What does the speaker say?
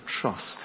trust